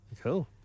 cool